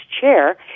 chair